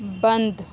بند